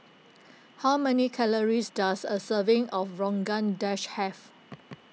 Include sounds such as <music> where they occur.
<noise> how many calories does a serving of Rogan Dash have